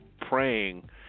praying